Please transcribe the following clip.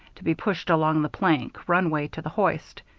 to be pushed along the plank runways to the hoist.